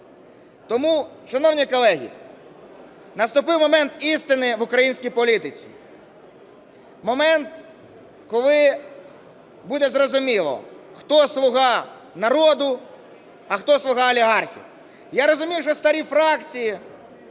Тому, шановні колеги, наступив момент істини в українській політиці, момент, коли буде зрозуміло, хто слуга народу, а хто слуга олігархів. Я розумію, що старі фракції,